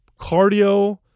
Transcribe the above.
Cardio